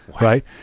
right